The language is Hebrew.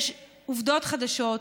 יש עובדות חדשות,